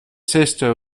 sister